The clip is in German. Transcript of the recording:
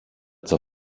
zur